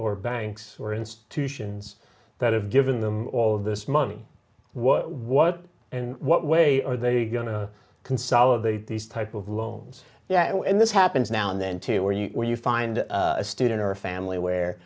or banks or institutions that have given them all of this money what what and what way are they going to consolidate these type of loans yet when this happens now and then to where you are you find a student or a family where